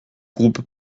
groupe